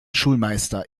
schulmeister